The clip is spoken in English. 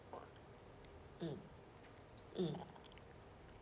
mm mm